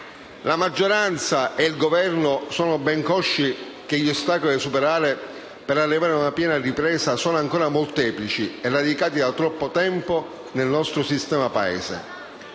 La maggioranza e il Governo sono ben consci che gli ostacoli da superare per arrivare ad una piena ripresa sono ancora molteplici e radicati da troppo tempo nel nostro sistema Paese.